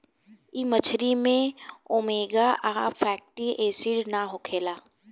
इ मछरी में ओमेगा आ फैटी एसिड ना होखेला